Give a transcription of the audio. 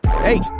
Hey